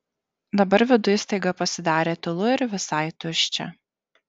dabar viduj staiga pasidarė tylu ir visai tuščia